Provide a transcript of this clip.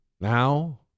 Now